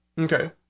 Okay